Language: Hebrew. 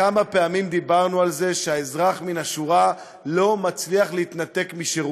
כמה פעמים דיברנו על זה שהאזרח מן השורה לא מצליח להתנתק משירות,